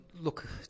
Look